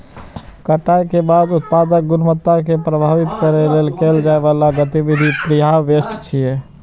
कटाइ के बाद उत्पादक गुणवत्ता कें प्रभावित करै लेल कैल जाइ बला गतिविधि प्रीहार्वेस्ट छियै